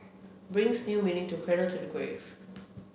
brings new meaning to cradle to the grave